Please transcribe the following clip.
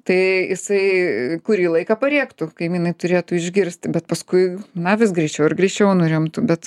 tai jisai kurį laiką parėktų kaimynai turėtų išgirsti bet paskui na vis greičiau ir greičiau nurimtų bet